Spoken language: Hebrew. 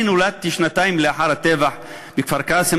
אני נולדתי שנתיים לאחר הטבח בכפר-קאסם,